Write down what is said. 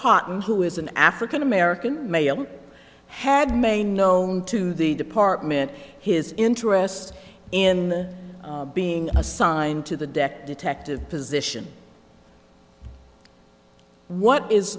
houghton who is an african american male had may known to the department his interest in being assigned to the deck detective position what is